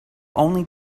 only